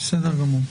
בסדר גמור.